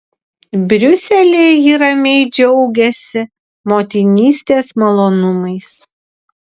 briuselyje ji ramiai džiaugiasi motinystės malonumais